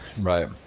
right